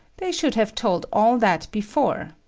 they should have told all that before.